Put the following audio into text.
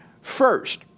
First